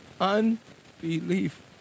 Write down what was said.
unbelief